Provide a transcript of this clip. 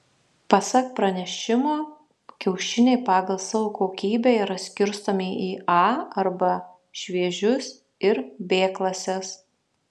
pasak pranešimo kiaušiniai pagal savo kokybę yra skirstomi į a arba šviežius ir b klases